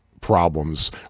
problems